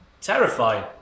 Terrifying